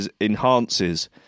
enhances